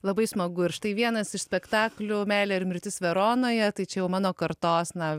labai smagu ir štai vienas iš spektaklių meilė ir mirtis veronoje tai čia jau mano kartos na